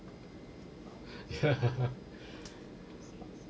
ya